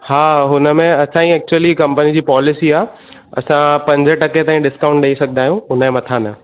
हा हुन में असांजी एक्चुली कम्पनी जी पॉलिसी आहे असां पंदरहें टके ताईं डिस्काउंट ॾेई सघंदा आहियूं हुनजे मथां न